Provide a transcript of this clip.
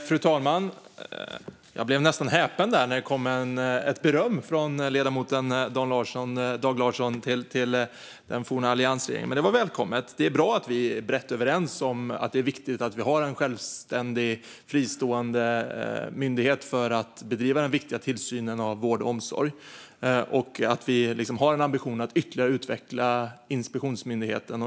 Fru talman! Jag blev nästan häpen när det kom ett beröm från ledamoten Dag Larsson till den forna alliansregeringen. Det var välkommet. Det är bra att vi är brett överens om att det är viktigt med en självständig, fristående myndighet för att bedriva tillsyn av vård och omsorg och att vi har en ambition att ytterligare utveckla inspektionsmyndigheten.